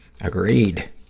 Agreed